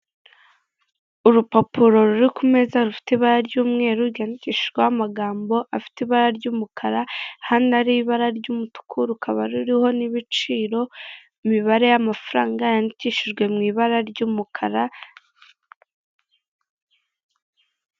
Urupapuro ruri ku meza rufite ibara ry'umweru rwandikishijweho amagambo afite ibara ry'umukara, hano ari ibara ry'umutuku rukaba ruriho n'ibiciro, imibare y'amafaranga yandikishijwe mu ibara ry'umukara.